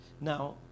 now